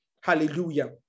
Hallelujah